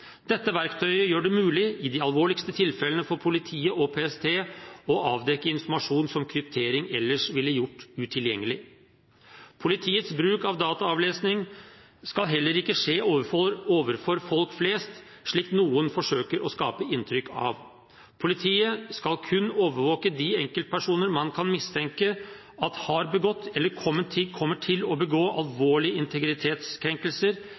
Dette verktøyet gjør det mulig, i de alvorligste tilfellene, for politiet og PST å avdekke informasjon som kryptering ellers ville gjort utilgjengelig. Politiets bruk av dataavlesning skal heller ikke skje overfor folk flest, slik noen forsøker å skape inntrykk av. Politiet skal kun overvåke de enkeltpersoner man kan mistenke har begått eller kommer til å begå